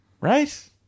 right